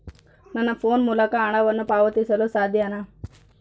ನನ್ನ ಫೋನ್ ಮೂಲಕ ಹಣವನ್ನು ಪಾವತಿಸಲು ಸಾಧ್ಯನಾ?